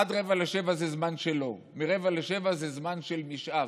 עד 06:45 זה זמן שלו, מ-06:45 זה זמן של משה"ב,